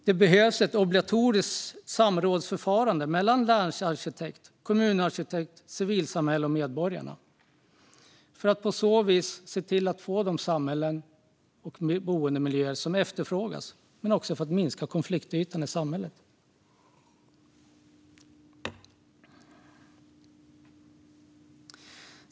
Det behövs ett obligatoriskt samrådsförfarande mellan länsarkitekt, kommunarkitekt, civilsamhälle och medborgare för att se till att vi får de samhällen och boendemiljöer som efterfrågas men också för att minska konfliktytorna i samhället.